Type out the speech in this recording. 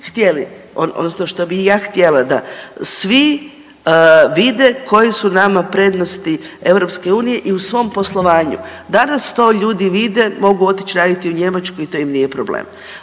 htjeli odnosno što bi ja htjela da svi vide koje su nama prednosti EU i u svom poslovanju. Danas to ljudi vide mogu otići raditi u Njemačku i to im nije problem.